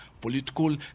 political